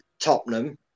Tottenham